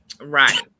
Right